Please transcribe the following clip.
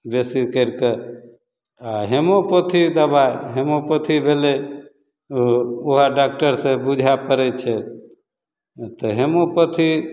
बेसी करिके आओर होमिओपैथिक दवाइ होमिओपैथी भेलै ओहो ओहो डाकटरसे बुझै पड़ै छै हँ तऽ होमिओपैथी